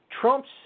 Trump's